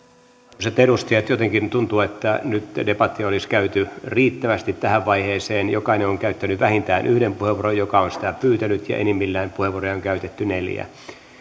arvoisat edustajat jotenkin tuntuu että nyt debattia olisi käyty riittävästi tähän vaiheeseen jokainen on käyttänyt vähintään yhden puheenvuoron jos on sitä pyytänyt ja enimmillään puheenvuoroja on käytetty neljä